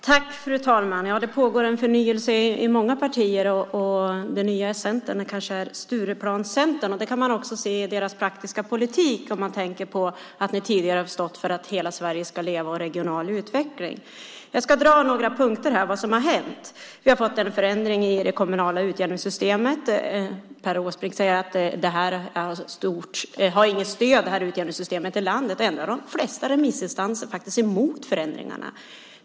Fru talman! Ja, det pågår en förnyelse i många partier, och den nya Centern kanske är Stureplanscentern. Det kan man också se i deras praktiska politik med tanke på att de tidigare har stått för att hela Sverige ska leva och för regional utveckling. Jag ska ta upp några punkter om vad som har hänt. Vi har fått en förändring i det kommunala utjämningssystemet. Per Åsbrink säger att det kommunala utjämningssystemet inte har något stöd i landet. Ändå är de flesta remissinstanser faktiskt emot förändringarna.